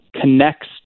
connects